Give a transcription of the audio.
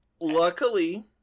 Luckily